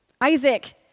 Isaac